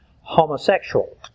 homosexual